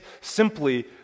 simply